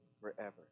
forever